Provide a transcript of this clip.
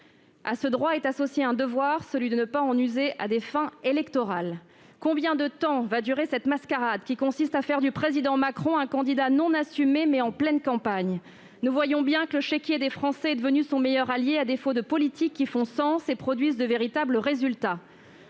À ce droit est associé un devoir, celui de ne pas en user à des fins électorales. Combien de temps durera la mascarade qui consiste à faire du président Macron un candidat non assumé mais en pleine campagne ? Nous voyons bien que le chéquier des Français est devenu son meilleur allié, à défaut de politiques qui font sens et produisent de véritables résultats.